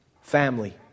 family